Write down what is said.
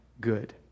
good